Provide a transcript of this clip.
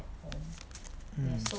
mm